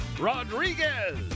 Rodriguez